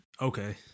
okay